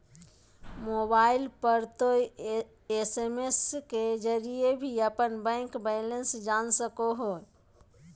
mobile पर तों SMS के जरिए भी अपन बैंक बैलेंस जान सको हो